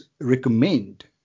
recommend